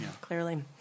Clearly